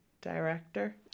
director